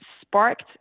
sparked